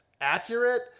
accurate